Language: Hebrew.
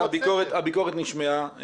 הביקורת נשמעה,